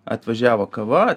atvažiavo kava